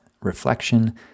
reflection